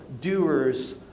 doers